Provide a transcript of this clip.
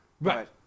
Right